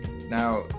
Now